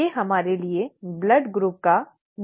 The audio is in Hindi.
ये हमारे लिए रक्त समूह का निर्धारण करते हैं